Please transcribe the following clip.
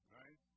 right